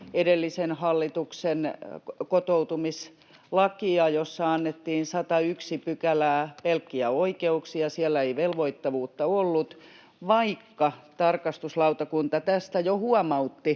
edellisen hallituksen kotoutumislakia, jossa annettiin 101 pykälää pelkkiä oikeuksia. Siellä ei velvoittavuutta ollut, vaikka tämän talon tarkastusvaliokunta tästä jo huomautti